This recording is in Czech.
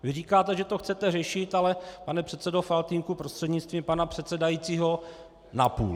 Vy říkáte, že to chcete řešit, ale pane předsedo Faltýnku prostřednictvím pana předsedajícího, napůl.